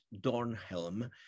Dornhelm